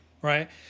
right